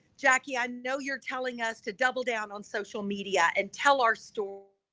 jackie, i know you're telling us to double down on social media and tell our story